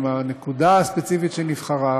עם הנקודה הספציפית שנבחרה,